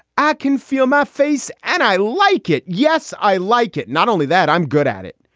i can feel my face. and i like it. yes, i like it. not only that, i'm good at it.